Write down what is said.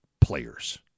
players